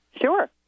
Sure